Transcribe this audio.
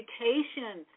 education